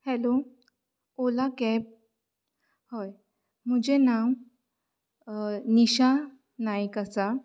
hello Ola cab हय म्हुजें नांव नीशा नायक आसा